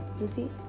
Lucy